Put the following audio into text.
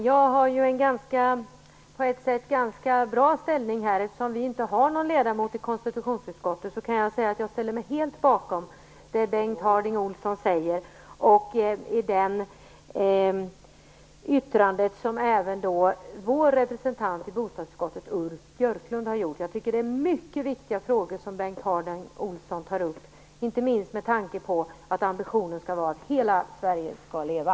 Fru talman! Jag har på ett sätt en ganska bra ställning här. Eftersom vi inte har någon ledamot i konstitutionsutskottet kan jag säga att jag ställer mig helt bakom det som Bengt Harding Olson säger och även det yttrande som vår representant i bostadsutskottet, Jag tycker att det är mycket viktiga frågor som Bengt Harding Olson tar upp, inte minst med tanke på att ambitionen skall vara att hela Sverige skall leva.